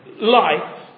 life